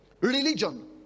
religion